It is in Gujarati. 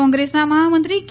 કોંગ્રેસના મહામંત્રી કે